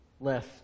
left